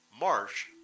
Marsh